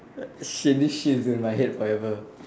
shit this shit is in my head forever